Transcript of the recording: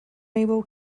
able